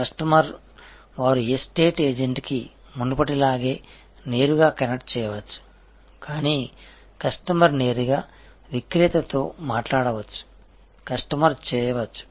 customer వారు estate ఏజెంట్కి మునుపటిలాగే నేరుగా కనెక్ట్ చేయవచ్చు కానీ కస్టమర్ నేరుగా విక్రేతతో మాట్లాడవచ్చు కస్టమర్ చేయవచ్చు